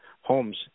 homes